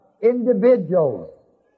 individuals